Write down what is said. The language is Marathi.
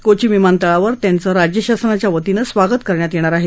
कोची विमानतळावर त्यांच राज्यशासनाच्या वतीनं स्वागत करण्यात येणार आहे